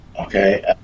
Okay